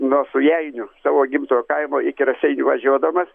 nuo sujainių savo gimtojo kaimo iki raseinių važiuodamas